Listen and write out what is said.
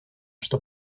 что